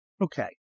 okay